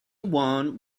one